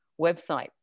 website